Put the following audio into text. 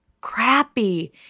crappy